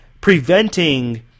preventing